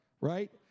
Right